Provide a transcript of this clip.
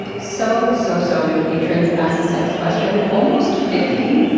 so so, so many patrons asked this next question, almost fifty.